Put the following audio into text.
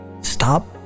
Stop